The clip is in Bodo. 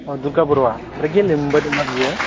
अ दुर्गा बर'आ ओमफ्राय गेलेनो मोनबोदोंना बियो